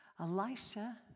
Elisha